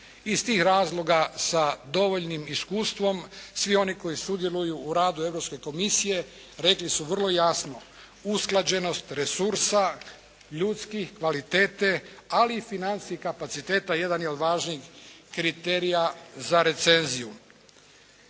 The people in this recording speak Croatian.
Iz tih razloga sa dovoljnim iskustvom svi oni koji sudjeluju u radu Europske komisije rekli su vrlo jasno usklađenost resursa ljudskih, kvalitete ali i financijskih kapaciteta jedan je od važnih kriterija za recenziju.